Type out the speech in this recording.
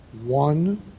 one